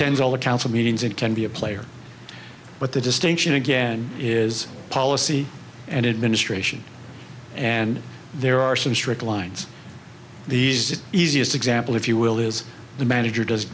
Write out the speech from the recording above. attends all the council meetings and can be a player but the distinction again is policy and it ministration and there are some strict lines the easiest example if you will is the manager does